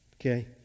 okay